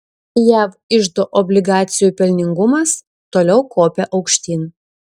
jav iždo obligacijų pelningumas toliau kopia aukštyn